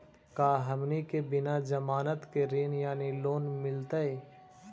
का हमनी के बिना जमानत के ऋण यानी लोन मिलतई?